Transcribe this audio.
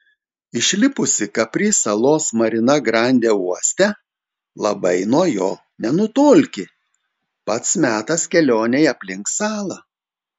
išlipusi kapri salos marina grande uoste labai nuo jo nenutolki pats metas kelionei aplink salą